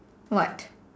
what